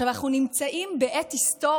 עכשיו אנחנו נמצאים בעת היסטורית,